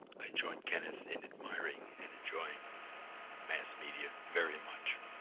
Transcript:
i join kenneth in admiring and enjoying mass media very much